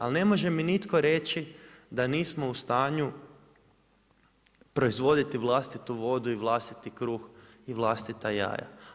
Ali ne može mi nitko reći da nismo u stanju proizvoditi vlastitu vodu i vlastiti kruh i vlastita jaja.